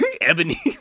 ebony